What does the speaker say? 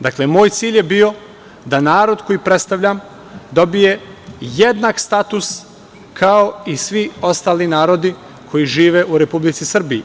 Dakle, moj cilj je bio da narod koji predstavljam dobije jednak status kao i svi ostali narodi koji žive u Republici Srbiji.